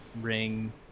ring